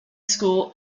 school